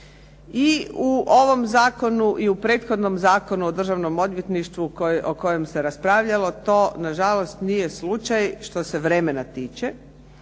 I u ovom zakonu i u prethodnom Zakonu o državnom odvjetništvu o kojem se raspravljalo, to nažalost nije slučaj što se vremena tiče